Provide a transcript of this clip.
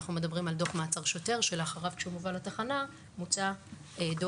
אנחנו מדברים על דוח מעצר שוטר שלאחריו כשהוא מובל לתחנה מוצא דוח